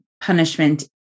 punishment